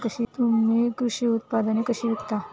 तुम्ही कृषी उत्पादने कशी विकता?